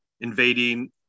invading